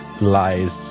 lies